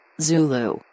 Zulu